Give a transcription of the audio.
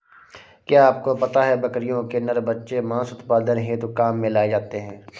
क्या आपको पता है बकरियों के नर बच्चे मांस उत्पादन हेतु काम में लाए जाते है?